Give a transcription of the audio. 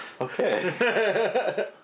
Okay